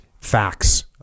facts